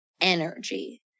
energy